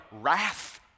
wrath